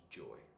joy